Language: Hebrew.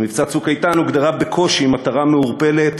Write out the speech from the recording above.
במבצע "צוק איתן" הוגדרה בקושי מטרה מעורפלת,